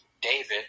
David